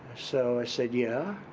so i said yeah.